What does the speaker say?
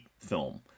film